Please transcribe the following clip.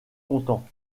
content